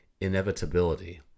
inevitability